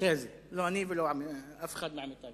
בנושא הזה, לא אני ולא אף אחד מעמיתי.